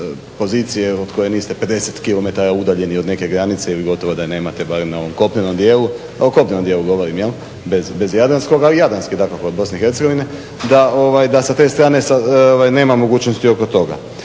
pozicije od koje niste 50 km udaljeni od neke granice ili gotovo da nemate barem na ovom kopnenom djelu, o kopnenom djelu govorim bez jadranskoga, i jadranski dakako BIH, da ovaj sa te strane nema mogućnosti oko toga.